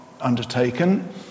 undertaken